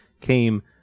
came